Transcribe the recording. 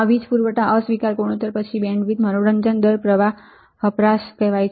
આ વીજ પુરવઠા અસ્વીકાર ગુણોત્તર પછી બેન્ડવિડ્થ મનોરંજન દર જથ્થો પ્રવાહ પાવર વપરાશ કહેવાય છે